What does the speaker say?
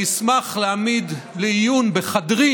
אני אשמח להעמיד לעיון בחדרי